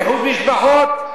איחוד משפחות,